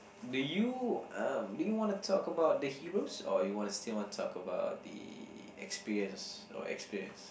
do you uh do you want to talk about the heroes or you want to still want to talk about the experience or experience